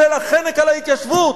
של החנק על ההתיישבות,